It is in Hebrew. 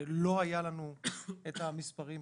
לא היה לנו את המספרים,